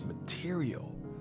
material